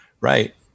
Right